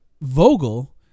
Vogel